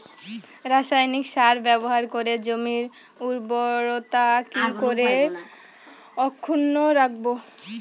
রাসায়নিক সার ব্যবহার করে জমির উর্বরতা কি করে অক্ষুণ্ন রাখবো